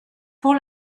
pour